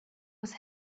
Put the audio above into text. was